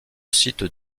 site